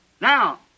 Now